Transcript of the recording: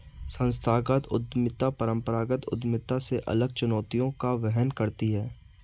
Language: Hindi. संस्थागत उद्यमिता परंपरागत उद्यमिता से अलग चुनौतियों का वहन करती है